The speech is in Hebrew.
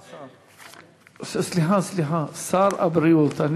סליחה, סליחה, שר הבריאות.